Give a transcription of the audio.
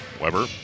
Weber